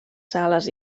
sales